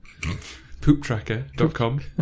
Pooptracker.com